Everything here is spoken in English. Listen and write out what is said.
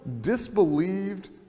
disbelieved